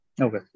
Okay